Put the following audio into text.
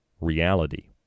reality